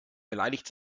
beleidigt